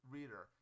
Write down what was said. Reader